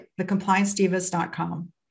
thecompliancedivas.com